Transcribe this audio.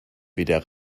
wieder